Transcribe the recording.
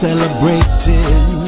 Celebrating